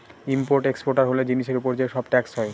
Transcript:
import exporter হলে জিনিসের উপর যে সব ট্যাক্স হয়